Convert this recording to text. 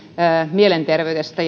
mielenterveydestä